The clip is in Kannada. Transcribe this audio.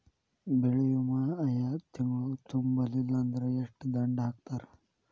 ಬೆಳೆ ವಿಮಾ ಆಯಾ ತಿಂಗ್ಳು ತುಂಬಲಿಲ್ಲಾಂದ್ರ ಎಷ್ಟ ದಂಡಾ ಹಾಕ್ತಾರ?